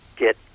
Get